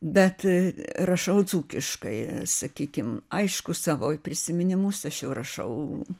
bet rašau dzūkiškai sakykim aišku savo prisiminimus aš jau rašau